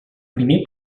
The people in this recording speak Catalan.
primer